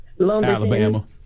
Alabama